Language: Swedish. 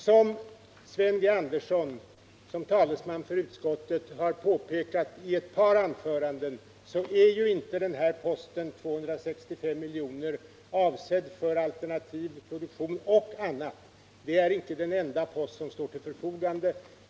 Som Sven G. Andersson som talesman för utskottet har påpekat i ett par anföranden är inte posten på 265 miljoner avsedd för alternativ produktion och annat; det är icke den enda posten som står till förfogande.